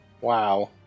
Wow